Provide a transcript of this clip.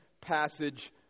passage